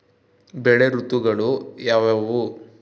ಬೆಳೆ ಋತುಗಳು ಯಾವ್ಯಾವು?